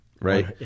right